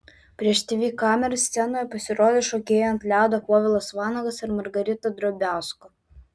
prieš tv kameras scenoje pasirodė šokėjai ant ledo povilas vanagas ir margarita drobiazko